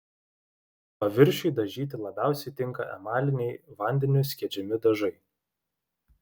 paviršiui dažyti labiausiai tinka emaliniai vandeniu skiedžiami dažai